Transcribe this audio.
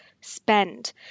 spend